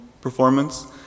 performance